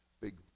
big